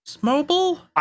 mobile